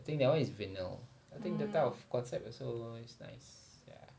I think that [one] is vinyl I think that type of concept also is nice ya